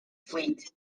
fleet